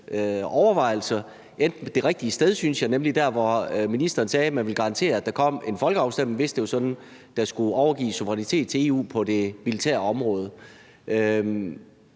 overvejelser endte det rigtige sted, synes jeg, nemlig der, hvor ministeren sagde, at man vil garantere, at der kommer en folkeafstemning, hvis det er sådan, at der skal overgives suverænitet til EU på det militære område.